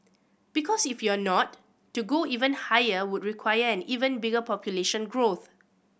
because if you are not to go even higher would require an even bigger population growth